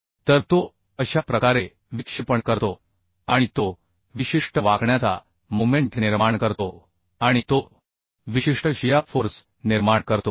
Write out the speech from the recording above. तर तो अशा प्रकारे विक्षेपण करतो आणि तो विशिष्ट बेन्डीगचा मोमेन्ट निर्माण करतो आणि तो विशिष्ट शिया फोर्स निर्माण करतो